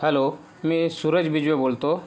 hello मी सुरेश बिजवे बोलतो